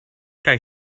kaj